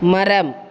மரம்